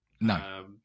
no